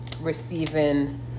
receiving